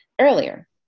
earlier